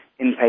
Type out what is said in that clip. inpatient